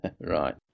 Right